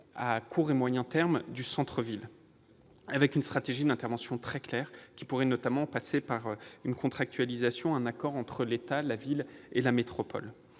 à court et moyen termes, du centre-ville, avec une stratégie très claire d'intervention, qui pourrait notamment passer par une contractualisation entre l'État, la ville et la métropole.